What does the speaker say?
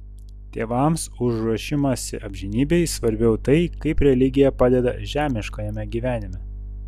tėvams už ruošimąsi amžinybei svarbiau tai kaip religija padeda žemiškajame gyvenime